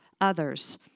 others